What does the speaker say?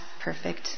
perfect